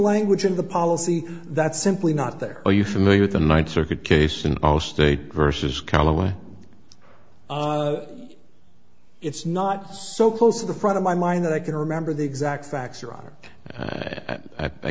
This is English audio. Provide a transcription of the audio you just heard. language in the policy that's simply not there are you familiar with the ninth circuit case in our state versus callaway it's not so close to the front of my mind that i can remember the exact facts or are